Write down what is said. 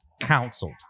counseled